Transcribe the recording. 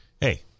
Hey